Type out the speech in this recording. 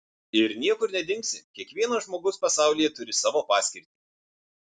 ir niekur nedingsi kiekvienas žmogus pasaulyje turi savo paskirtį